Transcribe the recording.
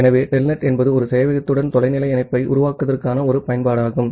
ஆகவே டெல்நெட் என்பது ஒரு சேவையகத்துடன் தொலைநிலை இணைப்பை உருவாக்குவதற்கான ஒரு பயன்பாடாகும்